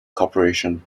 corporation